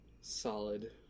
solid